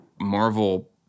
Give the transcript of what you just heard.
Marvel